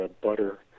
butter